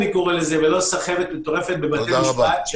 ולא סחבת מטורפת בבתי משפט.